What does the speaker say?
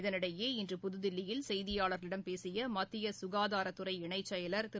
இதனிடையே இன்று புதுதில்லியில் செய்தியாளர்களிடம் பேசியமத்தியசுகாதாரத்துறை இணைச் செயல் அக்வால் திரு